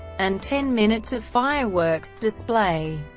and ten minutes of fireworks display.